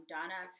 Donna